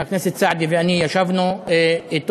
חבר הכנסת סעדי ואני ישבנו אתו,